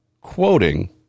quoting